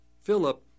Philip